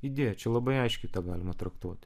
idėją čia labai aiškiai tą galima traktuoti